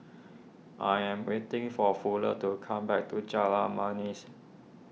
I am waiting for Fuller to come back to Jalan Manis